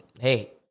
hey